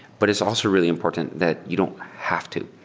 but it's also really important that you don't have to.